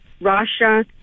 Russia